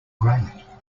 great